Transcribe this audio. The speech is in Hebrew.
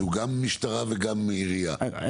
שהוא גם משטרה וגם עירייה,